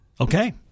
Okay